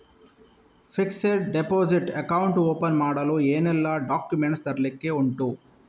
Fixed deposit account open ಮಾಡಲು ಏನೆಲ್ಲಾ documents ತರ್ಲಿಕ್ಕೆ ಉಂಟು?